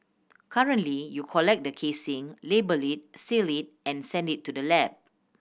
currently you collect the casing label it seal it and send it to the lab